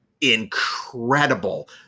incredible